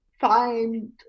find